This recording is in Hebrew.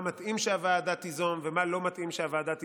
מה מתאים שהוועדה תיזום ומה לא מתאים שהוועדה תיזום,